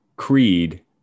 Creed